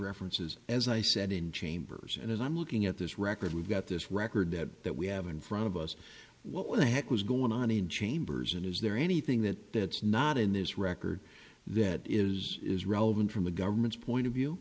references as i said in chambers and as i'm looking at this record we've got this record that that we have in front of us what the heck was going on in chambers and is there anything that not in this record that is is relevant from the government's point of view